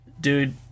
Dude